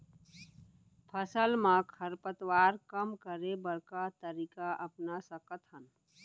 फसल मा खरपतवार कम करे बर का तरीका अपना सकत हन?